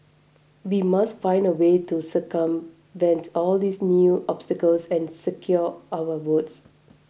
we must find a way to circumvent all these new obstacles and secure our votes